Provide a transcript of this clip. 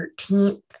13th